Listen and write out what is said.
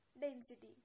Density